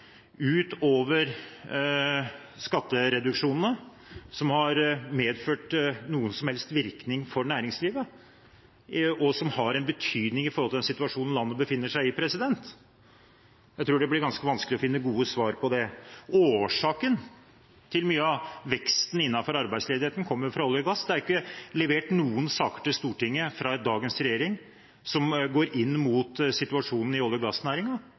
skattereduksjonene som har medført noen som helst virkning for næringslivet, og som har en betydning for den situasjonen landet befinner seg i. Jeg tror det blir ganske vanskelig å finne gode svar på det. Årsaken til mye av veksten i arbeidsledigheten er olje- og gassnæringen. Det er ikke levert noen saker til Stortinget fra dagens regjering som går inn mot situasjonen i olje- og